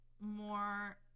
more